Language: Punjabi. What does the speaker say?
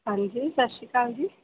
ਹਾਂਜੀ ਸਤਿ ਸ਼੍ਰੀ ਆਕਾਲ ਜੀ